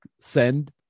send